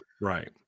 right